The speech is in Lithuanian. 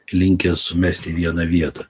linkę sumesti į vieną vietą